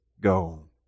go